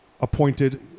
appointed